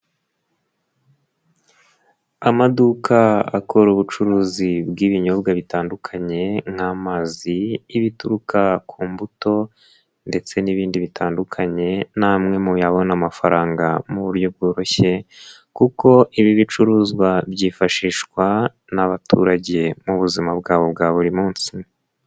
Amaduka akora ubucuruzi bw'ibinyobwa bitandukanye nk'amazi y'ibituruka ku mbuto ndetse n'ibindi bitandukanye, ni amwe muyabona amafaranga mu buryo bworoshye kuko ibi bicuruzwa byifashishwa n'abaturage, mu buzima bwawe bwa buri munsi.